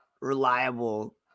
reliable